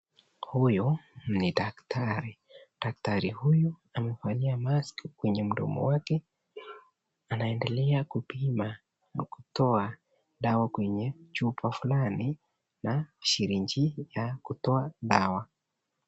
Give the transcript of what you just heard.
Huyu ni daktari, Daktari huyu amevalia (cs)mask (cs)kwenye mdomo wake anaendelea kupima na kutoa dawa kwenye chupa flani na(cs)syringe(cs) ya kutoa dawa.